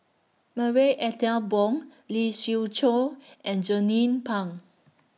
Marie Ethel Bong Lee Siew Choh and Jernnine Pang